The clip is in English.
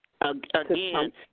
Again